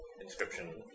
inscription